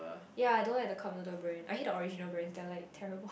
yea I don't like the cup noodle brand I hate original brand they are like terrible